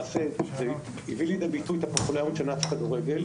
שלמעשה הביא לידי ביטוי את הפופולריות של ענף הכדורגל.